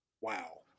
Wow